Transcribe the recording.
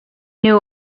knew